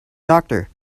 doctor